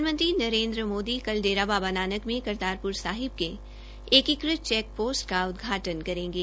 प्रधानमंत्री नरेन्द्र मोदी कल डेरा बाबा नाक में करतारपुर साहिब के एकीकृत चैक पोस्ट का उदघाटन करेंगे